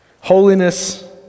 Holiness